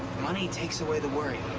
money takes away the worry.